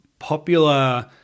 popular